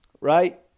right